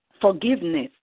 forgiveness